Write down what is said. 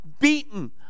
beaten